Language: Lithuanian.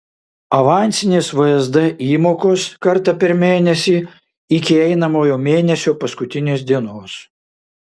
avansinės vsd įmokos kartą per mėnesį iki einamojo mėnesio paskutinės dienos